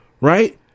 right